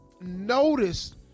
notice